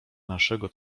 naszego